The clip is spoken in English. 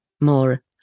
more